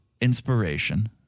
inspiration